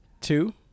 two